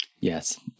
Yes